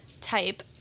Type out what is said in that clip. type